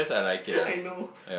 I know